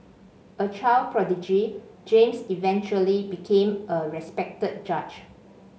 a child prodigy James eventually became a respected judge